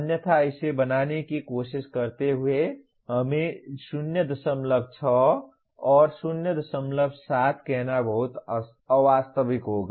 अन्यथा इसे बनाने की कोशिश करते हुए हमें 06 07 कहना बहुत अवास्तविक होगा